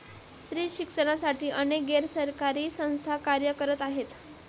स्त्री शिक्षणासाठी अनेक गैर सरकारी संस्था कार्य करत आहेत